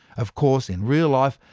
of course, in real life,